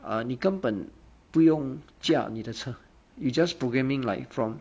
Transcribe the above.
ah 你根本不用驾你的车 you just programming like from